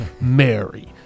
Mary